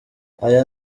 aya